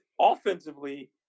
offensively